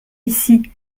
ici